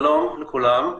שלום לכולם.